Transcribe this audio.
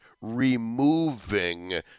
removing